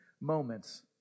moments